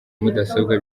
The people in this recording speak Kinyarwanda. mudasobwa